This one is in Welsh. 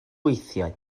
weithiau